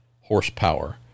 horsepower